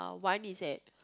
one is at